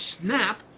snap